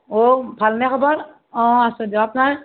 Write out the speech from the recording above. অও ভাল নে খবৰ অঁ আছোঁ দিয়ক আপোনাৰ